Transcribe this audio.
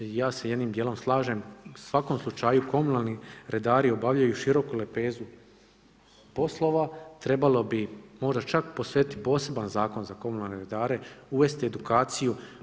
Ja se jednim dijelom slažem, u svakom slučaju komunalni redari obavljaju široku lepezu poslova, trebalo bi možda čak posvetiti poseban zakon za komunalne redare, uvesti edukaciju.